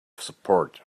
support